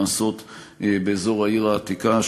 הן באזור העיר העתיקה,